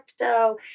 crypto